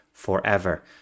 Forever